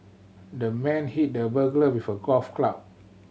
the man hit the burglar with a golf club